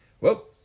Well